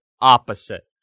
opposite